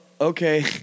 okay